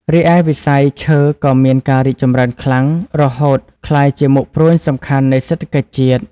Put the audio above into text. រីឯវិស័យឈើក៏មានការរីកចម្រើនខ្លាំង រហូតក្លាយជាមុខព្រួញសំខាន់នៃសេដ្ឋកិច្ចជាតិ។